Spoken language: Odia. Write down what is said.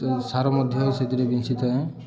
ତ ସାର ମଧ୍ୟ ସେଥିରେ ବିଞ୍ଚଥାଏଁ